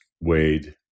Wade